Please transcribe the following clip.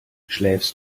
schläfst